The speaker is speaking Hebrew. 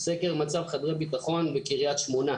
"סקר מצב חדרי ביטחון בקריית שמונה",